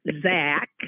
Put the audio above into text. Zach